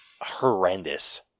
horrendous